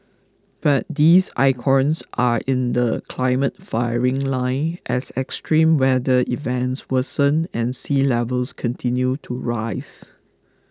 but these icons are in the climate firing line as extreme weather events worsen and sea levels continue to rise